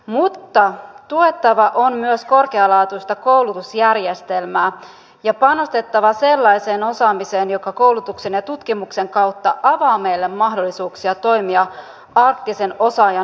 mutta tuettava on myös korkealaatuista koulutusjärjestelmää ja panostettava sellaiseen osaamiseen joka koulutuksen ja tutkimuksen kautta avaa meille mahdollisuuksia toimia arktisen osaajan huippumaana